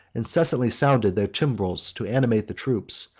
incessantly sounded their timbrels to animate the troops,